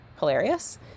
hilarious